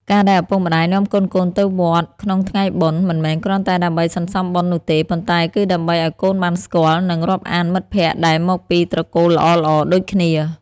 ការដែលឪពុកម្ដាយនាំកូនៗទៅវត្តក្នុងថ្ងៃបុណ្យ មិនមែនគ្រាន់តែដើម្បីសន្សំបុណ្យនោះទេ ប៉ុន្តែគឺដើម្បីឱ្យកូនបានស្គាល់ និងរាប់អានមិត្តភក្តិដែលមកពីត្រកូលល្អៗដូចគ្នា។